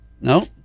No